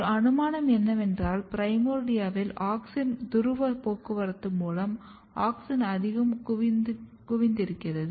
ஒரு அனுமானம் என்னவென்றால் பிரைமோர்டியாவில் ஆக்ஸின் துருவ போக்குவரத்து மூலம் ஆக்ஸின் அதிகம் குவிந்திருக்கிறது